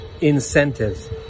incentives